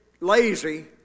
lazy